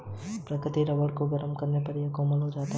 प्राकृतिक रबर को गरम करने पर यह कोमल हो जाता है